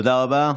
תודה רבה.